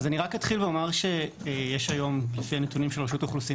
אני רק אתחיל ואומר שלפי הנתונים של רשות האוכלוסין